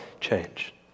change